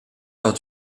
lors